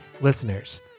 listeners